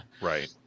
Right